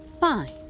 Fine